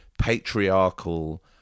patriarchal